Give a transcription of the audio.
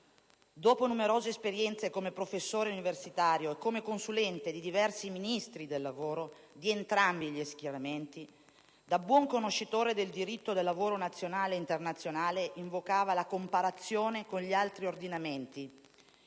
dopo numerose esperienze come professore universitario e come consulente di diversi Ministri del lavoro di entrambi gli schieramenti. Da buon conoscitore del diritto del lavoro nazionale e internazionale invocava la comparazione con gli altri ordinamenti